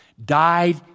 died